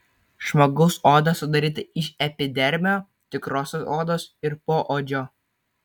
žmogaus oda sudaryta iš epidermio tikrosios odos ir poodžio